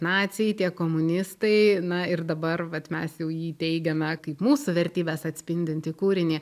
naciai tiek komunistai na ir dabar vat mes jau jį teigiame kaip mūsų vertybes atspindintį kūrinį